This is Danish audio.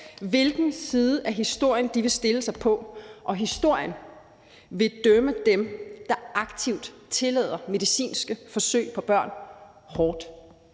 hvilken side af historien de vil stille sig på, og historien vil dømme dem, der aktivt tillader medicinske forsøg på børn, hårdt.